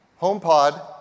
HomePod